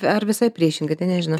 ar visai priešingai tai nežinau